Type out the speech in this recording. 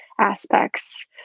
aspects